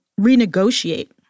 renegotiate